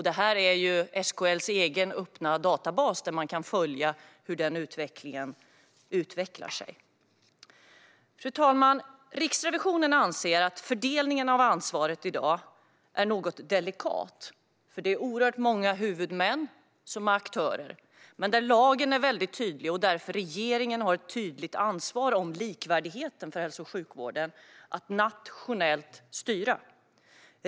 Denna utveckling kan man följa i SKL:s egen öppna databas. Fru talman! Riksrevisionen anser att fördelningen av ansvaret i dag är något delikat, eftersom det är oerhört många huvudmän som är aktörer. Men lagen är mycket tydlig, och regeringen har ett mycket tydligt ansvar för likvärdigheten i hälso och sjukvården och att styra nationellt.